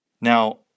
Now